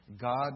God